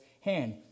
hand